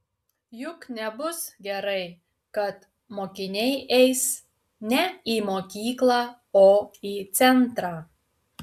juk nebus gerai kad mokiniai eis ne į mokyklą o į centrą